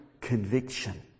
conviction